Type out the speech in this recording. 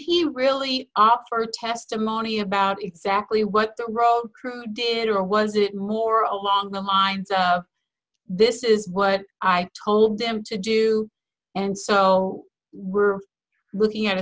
did he really opt for testimony about exactly what the road crew did or was it more along the lines of this is what i told them to do and so we're looking at a